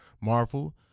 marvel